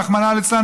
רחמנא ליצלן,